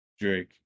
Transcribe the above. Drake